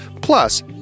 Plus